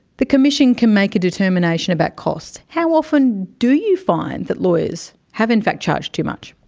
the commission can make a determination about costs. how often do you find that lawyers have in fact charged too much?